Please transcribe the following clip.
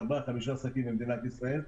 כמוני יש עוד ארבעה-חמישה עסקים במדינת ישראל,